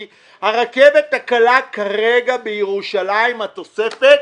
הרכבת הקלה כרגע בירושלים, התוספת,